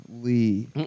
Lee